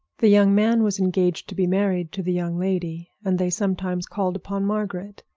the young man was engaged to be married to the young lady, and they sometimes called upon margaret,